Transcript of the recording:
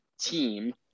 team